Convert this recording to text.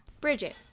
Bridget